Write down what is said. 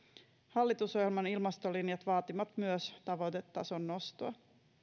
hallitusohjelman ilmastolinjat vaativat myös tavoitetason nostoa